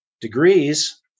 degrees